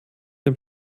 dem